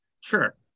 sure